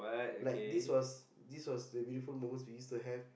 like this was this was the beautiful moments we used to have